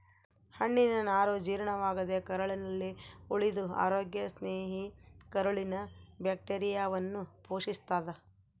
ಹಣ್ಣಿನನಾರು ಜೀರ್ಣವಾಗದೇ ಕರಳಲ್ಲಿ ಉಳಿದು ಅರೋಗ್ಯ ಸ್ನೇಹಿ ಕರುಳಿನ ಬ್ಯಾಕ್ಟೀರಿಯಾವನ್ನು ಪೋಶಿಸ್ತಾದ